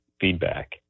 feedback